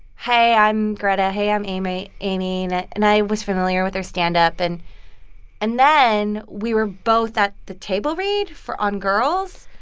hey, i'm greta. hey, i'm amy. and and i was familiar with her stand-up. and and then we were both at the table read for on girls.